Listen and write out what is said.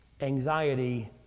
Anxiety